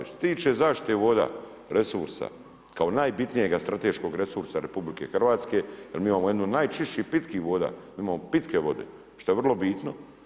Što se tiče zaštite voda, resursa, kao najbitnijeg strateškog resursa Republike Hrvatske, imamo jednu od najčišći pitkih voda, mi imamo pitke vode, što je vrlo bitno.